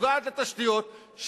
נוגעת לתשתיות,